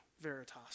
Veritas